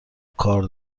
کار